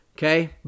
Okay